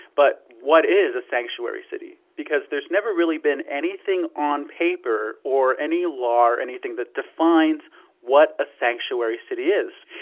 but what is a sanctuary city? because there's never really been anything on paper or any law or anything that defines what a sanctuary city is.